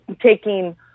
taking